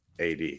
AD